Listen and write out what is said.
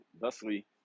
thusly